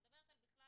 אני מדברת לכולם,